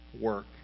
work